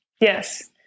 Yes